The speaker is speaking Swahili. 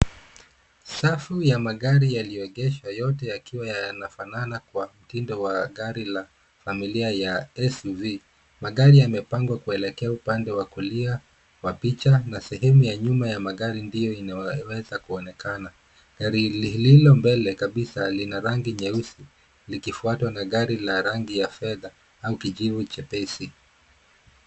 Safu ya magari yaliyogeshwa, yote yakiwa yanafanana kwa mtindo wa gari la familia ya SUV. Magari yamepangwa kuelekea upande wa kulia wa picha na sehemu ya nyuma ya magari ndiyo inayoweza kuonekana. Gari lililo mbele kabisa, lina rangi nyeusi likifuatwa na gari la rangi ya fedha au kijivu chepesi.